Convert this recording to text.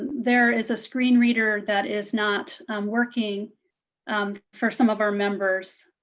there is a screen reading that is not um working um for some of our members.